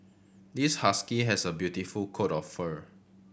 this husky has a beautiful coat of fur